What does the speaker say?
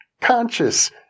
conscious